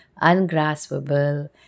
ungraspable